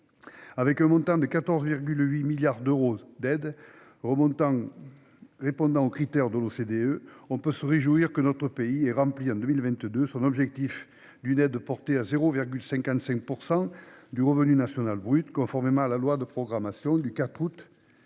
Avec un montant total d'aide de 14,8 milliards d'euros selon les critères de l'OCDE, on peut se réjouir que notre pays ait rempli, en 2022, son objectif d'une aide portée à 0,55 % du revenu national brut, conformément à la loi de programmation du 4 août 2021.